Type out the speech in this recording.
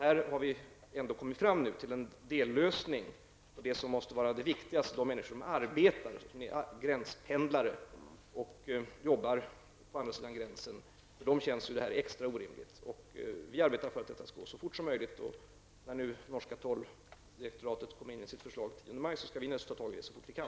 Vi har nu ändå kommit fram till en dellösning. Det är viktigast för gränspendlarna som jobbar på andra sidan gränsen. För dem känns det här extra orimligt. Vi arbetar för att detta skall lösas så fort som möjligt. Efter det att det norska Tolldirektoratet har kommit med sitt förslag i maj skall vi ta tag i frågan så fort vi kan.